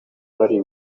nariye